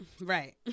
right